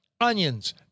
onions